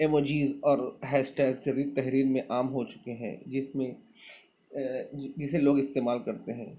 emojis اور hashtag سے بھی تحریر میں عام ہو چکے ہیں جس میں جسے لوگ استعمال کرتے ہیں